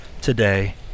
today